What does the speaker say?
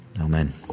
Amen